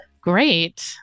Great